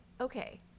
Okay